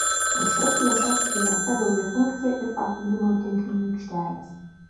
už šias lėšas įrengta daugiafunkcė ir paplūdimio tinklinio aikštelės